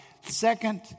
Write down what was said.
second